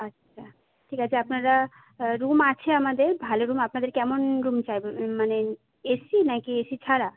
আচ্ছা ঠিক আছে আপনারা রুম আছে আমাদের ভালো রুম আপনাদের কেমন রুম চাই মানে এসি নাকি এসি ছাড়া